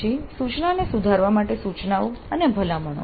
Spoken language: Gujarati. પછી સૂચનાને સુધારવા માટે સૂચનાઓ અને ભલામણો